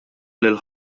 lil